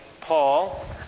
Paul